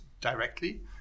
directly